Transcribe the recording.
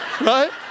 right